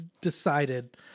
decided